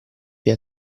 via